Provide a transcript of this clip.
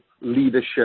leadership